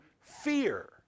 fear